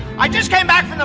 i just came back.